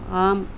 ஆம்